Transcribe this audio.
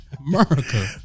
America